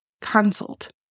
consult